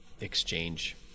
exchange